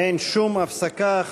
שום הפסקה.